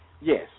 Yes